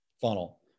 funnel